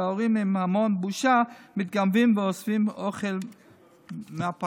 שההורים עם המון בושה מתגנבים ואוספים אוכל מהפחים.